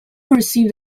received